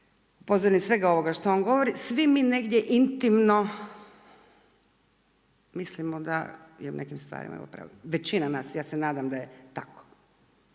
govori, … svega ovoga što on govori, svi mi negdje intimno mislimo da je u nekim stvarima upravu, većina nas, ja se nadam da je tako,